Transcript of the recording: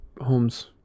Holmes